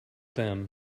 them